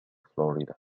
florida